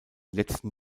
letzten